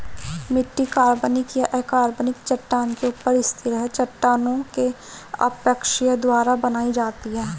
मिट्टी कार्बनिक या अकार्बनिक चट्टान के ऊपर स्थित है चट्टानों के अपक्षय द्वारा बनाई जाती है